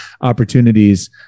opportunities